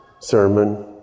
sermon